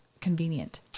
convenient